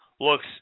looks